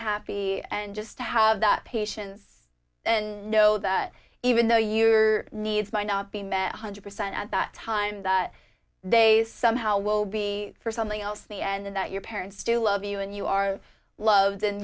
happy and just to have that patients and know that even though your needs might not be met one hundred percent at that time that they somehow will be for something else in the end that your parents still love you and you are loved and